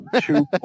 two